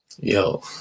yo